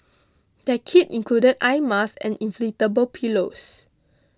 their kit included eye masks and inflatable pillows